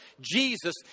Jesus